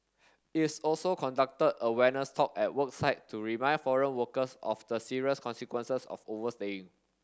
is also conducted awareness talk at work site to remind foreign workers of the serious consequences of overstaying